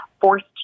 forced